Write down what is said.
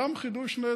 גם חידוש נהדר,